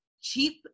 cheap